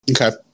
okay